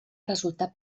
resultar